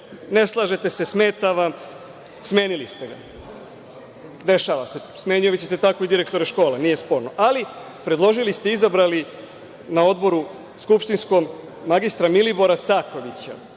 ne slažete se, smeta vam, smenili ste ga. Dešava se. Smenjivaćete tako i direktore škola, nije sporno. Ali, predložili ste i izabrali na skupštinskom odboru mr Milibora Sakovića